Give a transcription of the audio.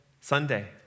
Sunday